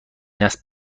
نسل